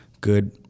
good